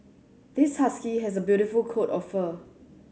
this husky has a beautiful coat of fur